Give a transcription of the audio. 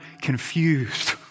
confused